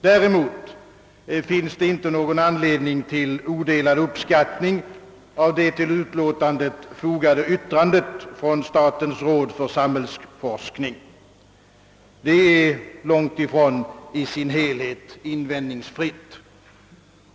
Däremot finns det inte någon anledning till odelad uppskattning av det till utskottets utlåtande fogade yttrandet från statens råd för samhällsforskning. Det är i sin helhet långt ifrån invändningsfritt.